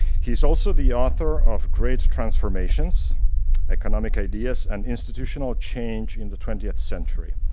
he's also the author of great transformations economic ideas and institutional change in the twentieth century.